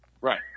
Right